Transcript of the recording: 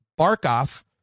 Barkoff